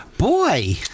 Boy